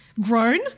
grown